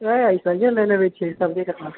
एसे ही ले लेबय की सब्जी